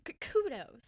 kudos